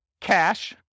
cash